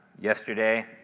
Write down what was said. yesterday